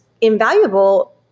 invaluable